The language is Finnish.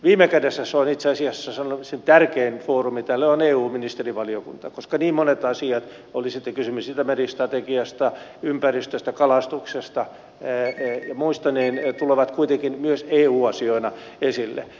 viime kädessä itse asiassa tärkein foorumi tälle on eu ministerivaliokunta koska niin monet asiat oli sitten kysymys itämeri strategiasta ympäristöstä kalastuksesta ja muista tulevat kuitenkin myös eu asioina esille